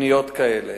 פניות כאלה.